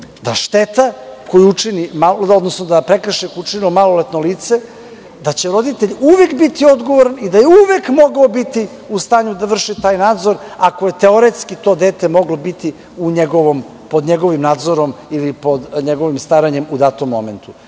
postupajući sud, proceni da prekršaj koji je učinilo maloletno lice, da će roditelj uvek biti odgovoran i da je uvek mogao biti u stanju da vrši taj nadzor ako je teoretski to dete moglo biti pod njegovim nadzorom ili pod njegovim staranjem u datom momentu.